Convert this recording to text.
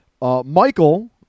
Michael